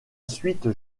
suite